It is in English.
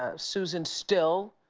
ah susan still,